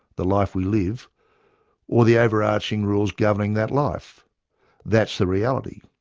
the life we live or the overarching rules governing that life that's the reality.